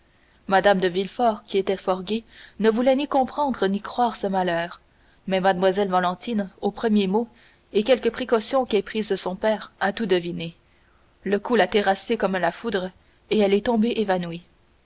mme de villefort qui était fort gaie ne voulait ni comprendre ni croire ce malheur mais mlle valentine aux premiers mots et quelques précautions qu'ait prises son père a tout deviné ce coup l'a terrassée comme la foudre et elle est tombée évanouie